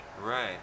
right